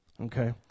okay